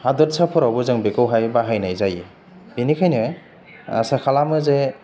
हादोरसाफोरावबो जों बेखौहाय बाहायनाय जायो बेनिखायनो आसा खालामो जे